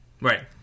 right